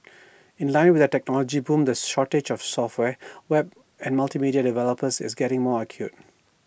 in line with the technology boom the shortage of software web and multimedia developers is getting more acute